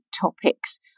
topics